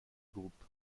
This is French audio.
groupe